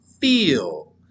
feel